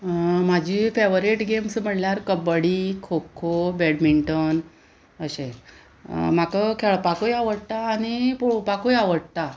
म्हाजी favourite games म्हणल्यार kabaddi kho kho badminton अशें म्हाका खेळपाकूय आवडटा आनी पळोवपाकूय आवडटा